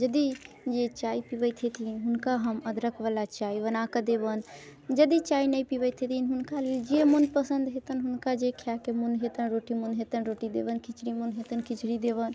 यदि जे चाय पीबैत हेथिन हुनका हम अदरकवला चाय बनाके देबनि यदि चाय नहि पीबैत हेथिन तऽ हुनका लेल जे मनपसन्द हेतनि हुनका जे खायके मोन हेतनि रोटी मोन हेतनि रोटी देबैन खिचड़ी मोन हेतनि खिचड़ी देबैन